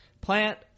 plant